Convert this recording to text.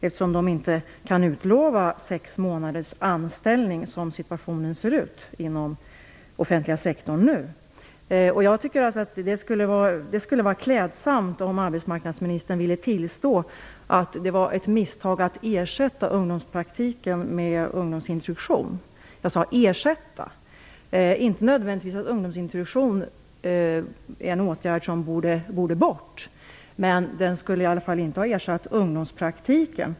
De kan nämligen inte utlova sex månaders anställning, så som situationen ser ut inom den offentliga sektorn. Jag tycker alltså att det skulle vara klädsamt om arbetsmarknadsministern ville tillstå att det var ett misstag att ersätta ungdomspraktiken med ungdomsintroduktion. Jag sade "ersätta". Ungdomsintroduktion är inte nödvändigtvis en åtgärd som borde tas bort, men den borde i alla fall inte ha ersatt ungdomspraktiken.